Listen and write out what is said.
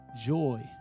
joy